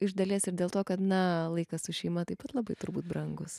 iš dalies ir dėl to kad na laikas su šeima taip pat labai turbūt brangus